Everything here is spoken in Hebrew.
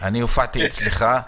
הופעתי אצלך.